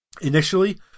initially